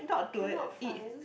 cannot find